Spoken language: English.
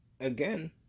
Again